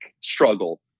struggle